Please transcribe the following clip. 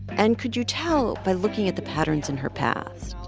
and could you tell by looking at the patterns in her past?